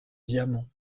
diamants